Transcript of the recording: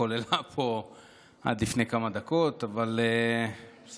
שהתחוללה פה עד לפני כמה דקות, אבל בסדר.